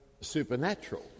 supernatural